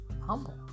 humble